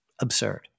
absurd